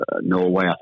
Norway